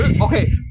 Okay